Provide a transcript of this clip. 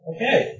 Okay